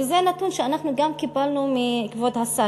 וזה נתון שאנחנו גם קיבלנו מכבוד השר,